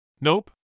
Nope